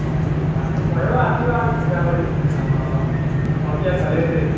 অ আছোঁ ময়ো আছোঁ আৰু কিবা কৰি অ ভণ্টিহঁত ভালে আছে